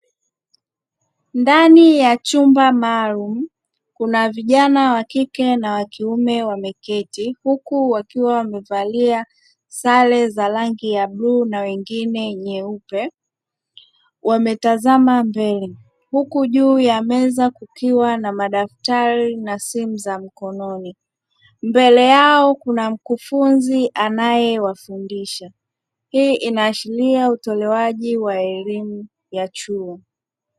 Ndani ya chumba maalumu kuna vijana wa kike na wa kiume wameketi huku wakiwa wamevalia sare za rangi ya bluu na wengine nyeupe, wametazama mbele; huku juu ya meza kukiwa na madaftari na simu za mkononi. Mbele yao kuna mkufunzi anayewafundisha, hii inaashiria utolewaji wa elimu ya chuo.